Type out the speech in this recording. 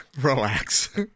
relax